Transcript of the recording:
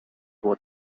what